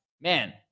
Man